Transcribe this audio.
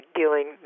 dealing